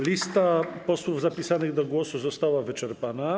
Lista posłów zapisanych do głosu została wyczerpana.